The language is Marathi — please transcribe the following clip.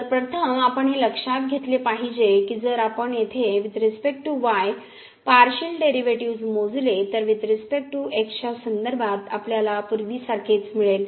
तर प्रथम आपण हे लक्षात घेतले पाहिजे की जर आपण येथे with respect to y partial derivatives मोजले तर वुईथ रिसपेक्ट टू x च्या संदर्भात आपल्याला पूर्वीसारखेच मिळेल